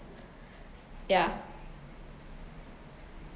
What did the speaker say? yeah